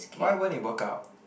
why won't it work out